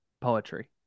Poetry